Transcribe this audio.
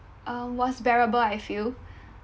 uh was bearable I feel